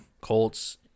Colts